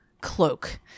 cloak